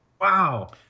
wow